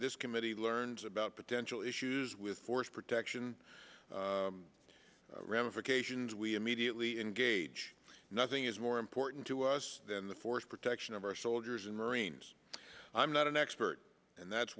this committee learns about potential issues with force protection ramifications we immediately engage nothing is more important to us than the force protection of our soldiers and marines i'm not an expert and that's